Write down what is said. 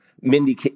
Mindy